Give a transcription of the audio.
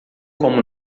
como